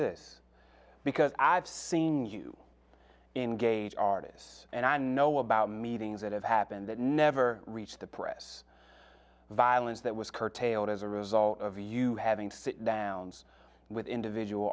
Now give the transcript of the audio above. this because i've seen you in gauge artists and i know about meetings that have happened that never reach the press violence that was curtailed as a result of you having to sit downs with individual